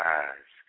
eyes